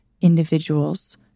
individuals